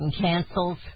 cancels